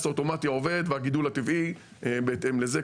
האוטומטי עובד ושהגידול הטבעי הוא בהתאם לזה,